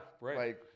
Right